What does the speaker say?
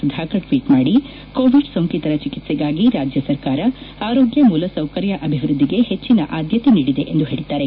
Sudhakar tweet ಮಾದಿ Covid ಸೋಂಕಿತರ ಚಿಕಿತ್ಸೆಗೆ ರಾಜ್ಯ ಸರ್ಕಾರ ಆರೋಗ್ಯ ಮೂಲ ಸೌಕರ್ಯ ಅಭಿವೃದ್ದಿಗೆ ಹೆಚ್ಚಿನ ಅದ್ಯತೆ ನೀಡಿದೆ ಎಂದು ಹೇಳಿದ್ದಾರೆ